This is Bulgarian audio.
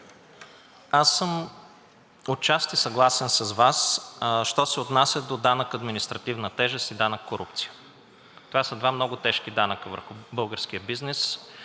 аз отчасти съм съгласен с Вас, що се отнася до данък административна тежест и данък корупция, това са два много тежки данъка върху българския бизнес